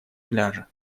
пляжа